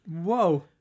Whoa